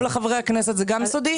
מול חברי הכנסת זה גם סודי?